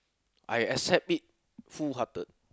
I accept it full hearted